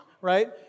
right